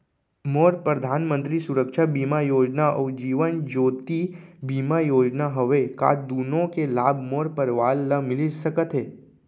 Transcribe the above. मोर परधानमंतरी सुरक्षा बीमा योजना अऊ जीवन ज्योति बीमा योजना हवे, का दूनो के लाभ मोर परवार ल मिलिस सकत हे?